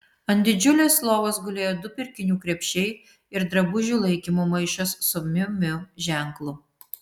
ant didžiulės lovos gulėjo du pirkinių krepšiai ir drabužių laikymo maišas su miu miu ženklu